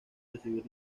recibir